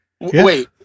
Wait